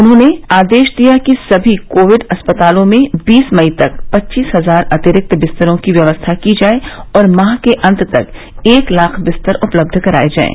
उन्होंने आदेश दिया कि सभी कोविड अस्पतालों में बीस मई तक पच्चीस हजार अतिरिक्त बिस्तरों की व्यवस्था की जाये और माह के अन्त तक एक लाख बिस्तर उपलब्ध कराये जायें